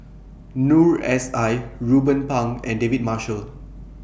Noor S I Ruben Pang and David Marshall